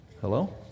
Hello